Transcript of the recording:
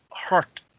hurt